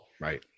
Right